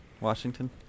Washington